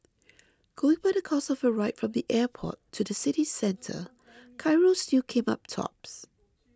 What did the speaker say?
going by the cost of a ride from the airport to the city centre Cairo still came up tops